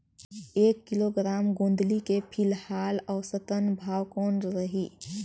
एक किलोग्राम गोंदली के फिलहाल औसतन भाव कौन रही?